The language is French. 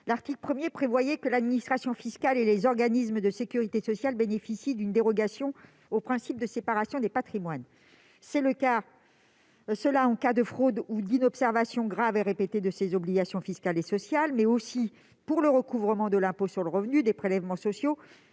l'article 1 tendait à prévoir que l'administration fiscale et les organismes de sécurité sociale bénéficient d'une dérogation au principe de séparation des patrimoines. C'était le cas en matière de fraude ou d'inobservation grave et répétée de ses obligations fiscales et sociales, mais aussi pour le recouvrement de l'impôt sur le revenu, des prélèvements sociaux,